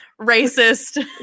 racist